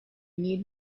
need